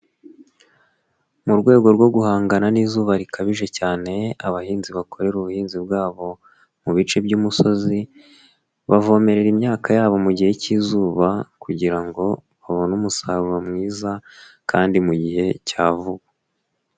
Mu rwego rwo guhangana n'izuba rikabije cyane abahinzi bakorera ubuhinzi bwabo mu bice by'umusozi bavomerera imyaka yabo mu gihe cy'izuba kugira ngo babone umusaruro mwiza kandi mu gihe cya vuba.